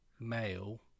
male